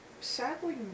Sadly